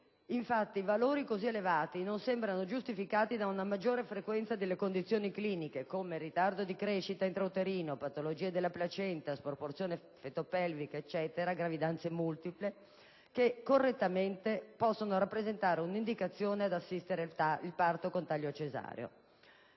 clinici, valori così elevati non sembrano giustificati da una maggiore frequenza delle condizioni cliniche (ritardo di crescita intrauterina, patologie della placenta, sproporzione feto-pelvica, gravidanze multiple ed altro) che, correttamente, possono rappresentare un'indicazione ad assistere il parto con taglio cesareo.